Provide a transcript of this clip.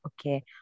Okay